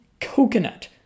coconut